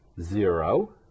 Zero